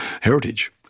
heritage